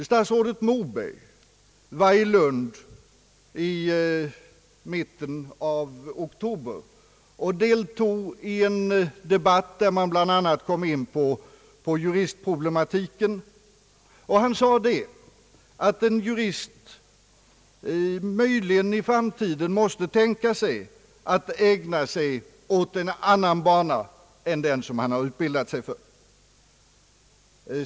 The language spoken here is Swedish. Statsrådet Moberg var i Lund i mitten av oktober och deltog i en debatt där man bl.a. kom in på juristproblemati ken. Han sade att en jurist möjligen i framtiden måste tänka sig att ägna sig åt en annan bana än den som han har utbildat sig för.